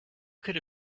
could